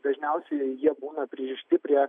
dažniausiai jie būna pririšti prie